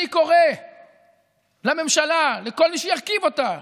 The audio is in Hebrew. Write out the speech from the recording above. אני קורא לממשלה, לכל מי שירכיב אותה,